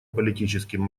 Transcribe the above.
политическим